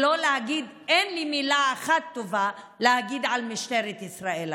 אין לי מילה טובה אחת להגיד על משטרת ישראל היום.